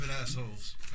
assholes